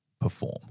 perform